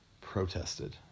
protested